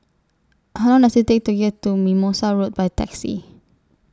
How Long Does IT Take to get to Mimosa Road By Taxi